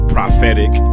Prophetic